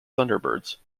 thunderbirds